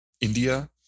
India